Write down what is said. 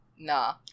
Nah